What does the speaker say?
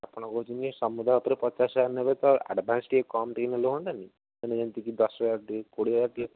ଆପଣ କହୁଛନ୍ତି ସମୁଦାୟ ଓପରେ ପଚାଶ ହଜାର ନେବେ ତ ଆଡ଼ଭାନ୍ସ୍ ଟିକିଏ କମ୍ ଟିକିଏ ନେଲେ ହୁଅନ୍ତାନି ହେଲେ ଯେମିତିକି ଦଶ ହଜାର ଟିକିଏ କୋଡ଼ିଏ ହଜାର ଟିକିଏ